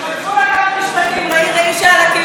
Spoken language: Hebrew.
הם כתבו לשרת המשפטים: ראי ראי שעל הקיר.